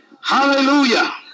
Hallelujah